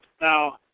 Now